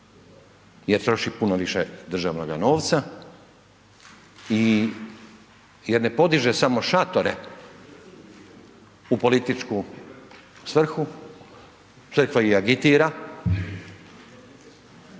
jer troši puno više državnoga novca i jer ne podiže samo šatore u političku svrhu, crkva i agitira,